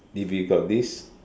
if you got this